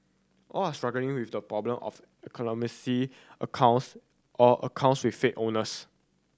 all are struggling with the problem of accounts or accounts with fake owners